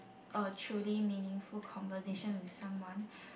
a truly meaningful conversation with someone